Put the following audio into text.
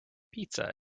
pizza